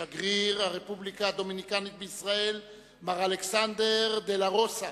שגריר הרפובליקה הדומיניקנית בישראל מר אלכסנדר דה-לה-רוסה,